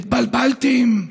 התבלבלתם,